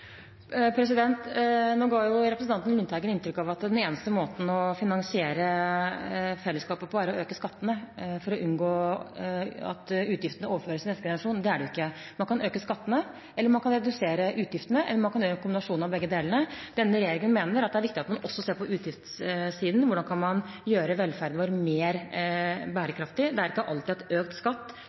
Nå ga representanten Lundteigen inntrykk av at den eneste måten å finansiere fellesskapet på, er å øke skattene for å unngå at utgiftene overføres til neste generasjon. Det er det jo ikke. Man kan øke skattene, eller man kan redusere utgiftene, eller man kan gjøre en kombinasjon av begge deler. Denne regjeringen mener at det er viktig at man også ser på utgiftssiden, hvordan man kan gjøre velferden vår mer bærekraftig. Det er ikke alltid at økt skatt